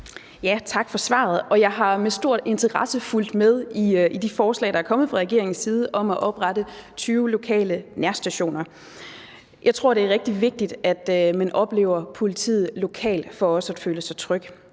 Tak for svaret. Jeg har med stor interesse fulgt med i de forslag, der er kommet fra regeringens side, om at oprette 20 lokale nærstationer. Jeg tror, det er rigtig vigtigt, at man oplever politiet lokalt for også at føle sig tryg,